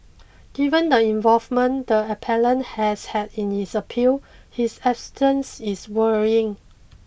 given the involvement the appellant has had in this appeal his absence is worrying